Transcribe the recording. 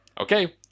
okay